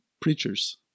preachers